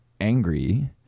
angry